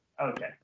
Okay